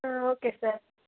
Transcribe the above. ಹ್ಞೂ okay sir